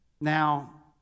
Now